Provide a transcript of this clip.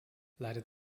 leidet